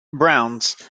browns